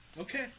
okay